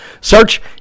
Search